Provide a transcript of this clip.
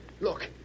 Look